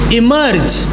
emerge